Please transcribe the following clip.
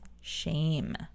shame